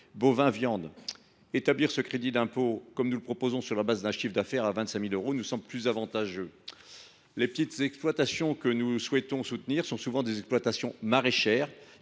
bovins viande. Établir ce crédit d’impôt sur la base d’un chiffre d’affaires à 25 000 euros nous semble plus avantageux. Les petites exploitations que nous souhaitons soutenir sont souvent des exploitations maraîchères